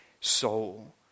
soul